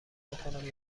بکـنم